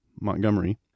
Montgomery